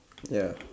ya